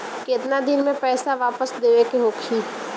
केतना दिन में पैसा वापस देवे के होखी?